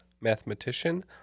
mathematician